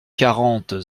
quarante